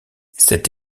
cette